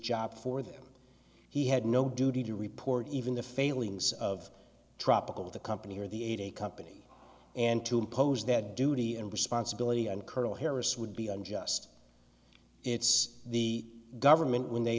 job for them he had no duty to report even the failings of tropical the company or the a company and to impose that duty and responsibility on colonel harris would be unjust it's the government when they